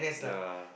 ya